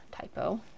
typo